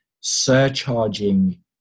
surcharging